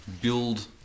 build